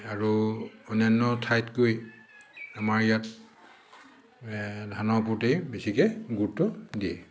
আৰু অন্যান্য ঠাইতকৈ আমাৰ ইয়াত ধানৰ প্ৰতি বেছিকে গুৰুত্ব দিয়ে